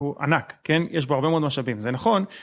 הוא ענק כן יש בו הרבה מאוד משאבים זה נכון